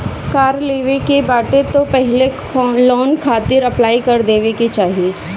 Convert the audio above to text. कार लेवे के बाटे तअ पहिले लोन खातिर अप्लाई कर देवे के चाही